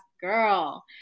girl